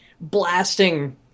blasting